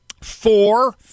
four